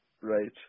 Right